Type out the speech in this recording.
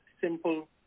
simple